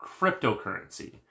cryptocurrency